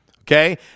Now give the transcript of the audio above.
okay